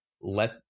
let